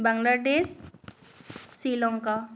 Bangladesh Sri Lanka